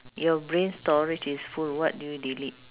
your brain storage is full what do you delete